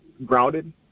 grounded